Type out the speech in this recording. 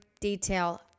detail